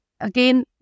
again